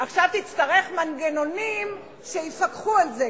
עכשיו תצטרך מנגנונים שיפקחו על זה.